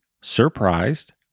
surprised